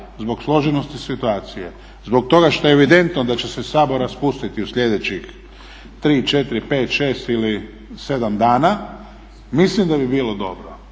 zbog složenosti situacije, zbog toga što je evidentno da će se Sabor raspustiti u slijedećih 3, 4, 5, 6 ili 7 dana mislim da bi bilo dobro